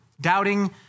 Doubting